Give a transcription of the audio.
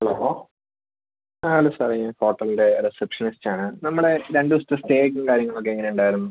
hello ആ അല്ല സാറേ ഞാൻ ഹോട്ടലിലെ റിസപ്ഷനിസ്റ്റ് ആണ് നമ്മുടെ രണ്ട് ദിവസത്തെ സ്റ്റേയും കാര്യങ്ങളൊക്കെ എങ്ങനെയുണ്ടായിരുന്നു